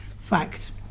Fact